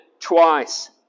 twice